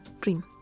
dream